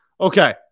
Okay